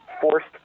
forced